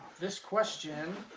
this question